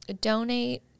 donate